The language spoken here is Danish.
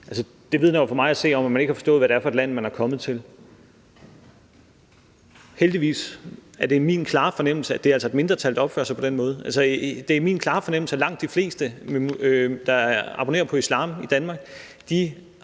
det. Det vidner for mig at se om, at man ikke har forstået, hvad det er for et land, man er kommet til. Heldigvis er det min klare fornemmelse, at det altså er et mindretal, der opfører sig på den måde. Det er min klare fornemmelse, at langt de fleste af dem, der abonnerer på islam i Danmark, er